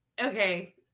okay